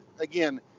again